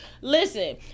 listen